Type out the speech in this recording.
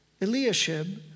Eliashib